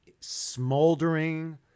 Smoldering